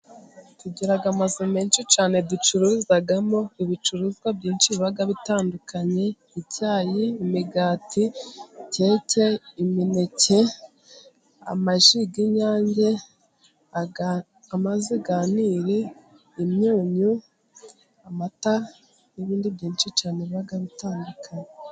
Tugira amazu menshi cyane ducuruzamo ibicuruzwa byinshi biba bitandukanye, icyayi, imigati, keke, imineke, amaji y'inyange, amazi ya Niri, imyunyu, amata, n'ibindi byinshi cyane biba bitandukanye.